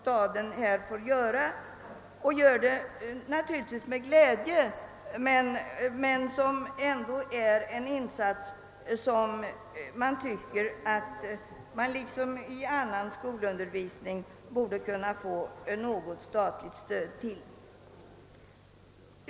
Naturligtvis gör man denna med glädje, men här liksom i fråga om annan skolundervisning tycker man att ett statligt stöd borde utgå.